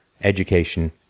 education